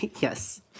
Yes